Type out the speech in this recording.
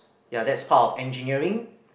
ya that's part of engineering